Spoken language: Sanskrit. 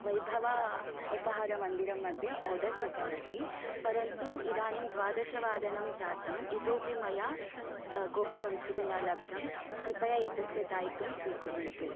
वैभव उपहारमन्दिरमध्ये आर्डर् कृतवती परन्तु इदानीं द्वादशवादनं जातं इतोपि मया गोबिमञ्चूरी न लब्धं कृपया एतस्य दायित्वं स्वीकुर्वन्तु